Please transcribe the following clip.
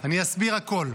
אני אסביר הכול.